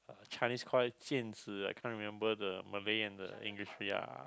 Chinese call it I can't remember the Malay and the English ya